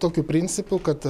tokiu principu kad